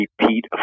repeat